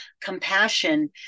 compassion